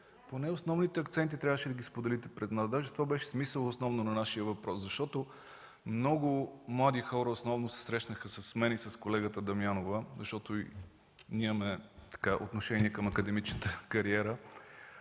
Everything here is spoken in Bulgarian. Поне основните акценти трябваше да споделите пред нас. Дори това беше основно смисълът на нашия въпрос. Много млади хора основно се срещнаха с мен и с колегата Дамянова, защото ние имаме отношение към академичната кариера.